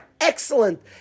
excellent